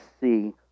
see